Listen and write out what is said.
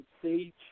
stage